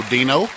Dino